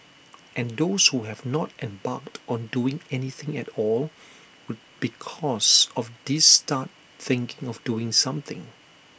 and those who have not embarked on doing anything at all would because of this start thinking of doing something